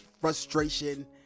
frustration